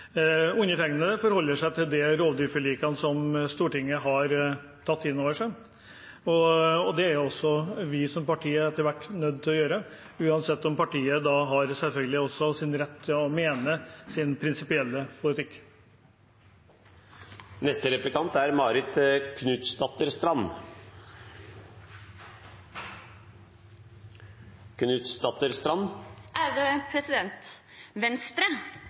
Undertegnede forholder seg til de rovdyrforlikene som Stortinget har tatt inn over seg. Det er også vi som parti etter hvert nødt til å gjøre, uansett om partiet selvfølgelig har rett til å ha sin prinsipielle politikk. Venstre